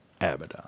Abaddon